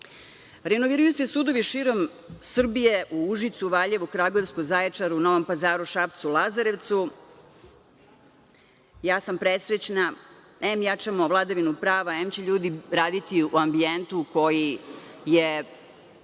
pravosuđe. Renoviraju se sudovi širom Srbije u Užicu, Kraljevu, Kragujevcu, Zaječaru, Novom Pazaru, Šapcu, Lazarevcu. Presrećna sam. Em jačamo vladavinu prava, em će ljudi raditi u ambijentu koji je